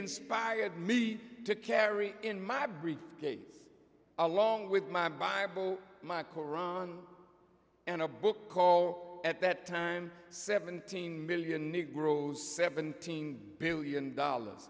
inspired me to carry in my briefcase along with my bible my koran and a book called at that time seventeen million new gross seventeen billion dollars